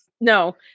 No